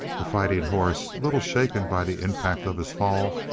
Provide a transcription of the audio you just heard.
the fighting horse, a little shaken by the impact of his fall,